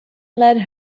led